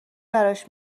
براش